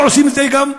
ועושים את זה גם בחורף.